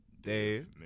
Dave